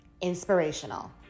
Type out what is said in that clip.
inspirational